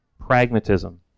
pragmatism